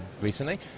recently